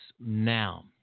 now